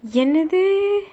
என்னது:ennathu